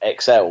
XL